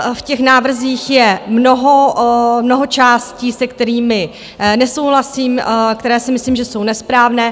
V těch návrzích je mnoho částí, se kterými nesouhlasím, které si myslím, že jsou nesprávné.